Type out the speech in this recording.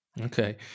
Okay